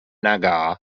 nagar